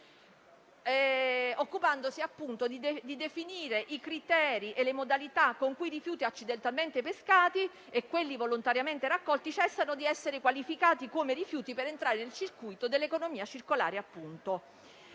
occupandosi di definire i criteri e le modalità con cui i rifiuti accidentalmente pescati e quelli volontariamente raccolti cessano di essere qualificati come tali per entrare nel sistema dell'economia circolare.